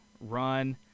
run